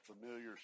familiar